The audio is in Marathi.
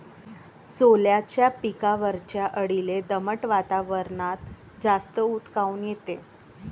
सोल्याच्या पिकावरच्या अळीले दमट वातावरनात जास्त ऊत काऊन येते?